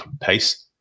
pace